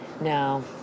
No